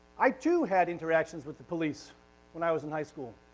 i too had interactions with the police when i was in high school.